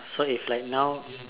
so if like now